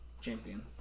champion